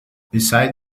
besides